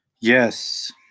Yes